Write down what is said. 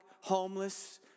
homeless